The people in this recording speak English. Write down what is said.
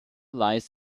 lies